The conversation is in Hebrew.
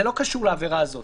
זה לא קשור לעבירה הזאת.